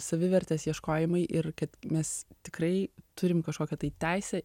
savivertės ieškojimai ir kad mes tikrai turim kažkokią tai teisę